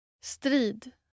Strid